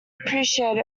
appreciate